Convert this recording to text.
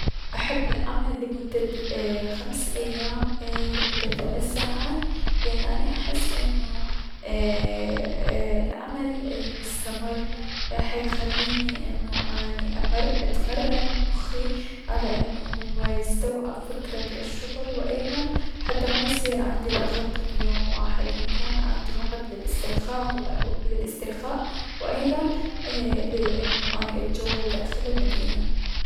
احب العمل لمدة خمس ايام لمدة ثلاث ساعات لأن اني احس انو اي- اي - العمل المستمر حيخليني انو اني امر اتمرن مخي و يستوعب فكرة الشغل و ايضا حتى حتى ميصير عندي ضغط بيوم واحد و يكون عندي وقت للأسترخاق-للأسترخاء و ايضا لأي اتجول داخل المدينة.